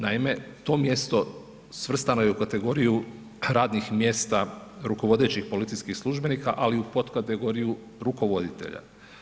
Naime, to mjesto svrstano je u kategoriju radnih mjesta rukovodećih policijskih službenika, ali u potkategoriju rukovoditelja.